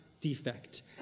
defect